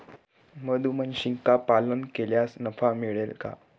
मधुमक्षिका पालन केल्यास नफा मिळेल का?